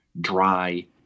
dry